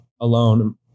alone